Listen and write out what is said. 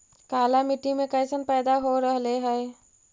काला मिट्टी मे कैसन पैदा हो रहले है?